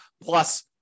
plus